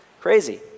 Crazy